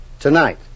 tonight